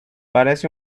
parece